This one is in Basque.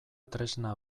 tresna